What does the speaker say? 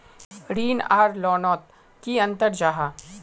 ऋण आर लोन नोत की अंतर जाहा?